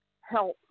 Help